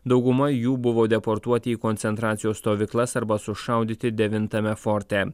dauguma jų buvo deportuoti į koncentracijos stovyklas arba sušaudyti devintame forte